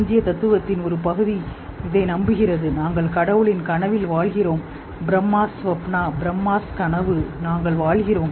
இந்திய தத்துவத்தின் ஒரு பகுதி நம்புகிறது நாங்கள் கடவுளின் கனவில் வாழ்கிறோம் பிரமாஸ் ஸ்வப்னா பிரமாஸ் கனவு நாங்கள் வாழ்கிறோம்